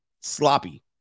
sloppy